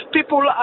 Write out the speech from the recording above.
People